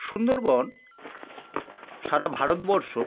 সুন্দরবন সারা ভারতবর্ষ